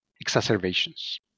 exacerbations